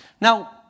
Now